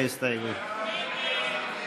הסתייגות מס'